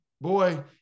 boy